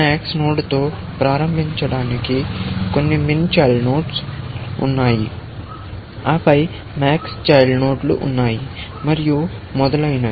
MAX నోడ్తో ప్రారంభించడానికి కొన్ని MIN చైల్డ్ నోడ్లు ఉన్నాయి ఆపై MAX చైల్డ్ నోడ్లు ఉన్నాయి మరియు మొదలైనవి